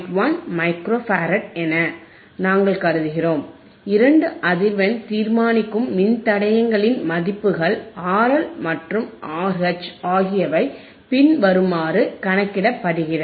1 micro farad என நாங்கள் கருதுகிறோம் இரண்டு அதிர்வெண் தீர்மானிக்கும் மின்தடையங்களின் மதிப்புகள் RL மற்றும் RH ஆகியவை பின்வருமாறு கணக்கிடப்படுகிறது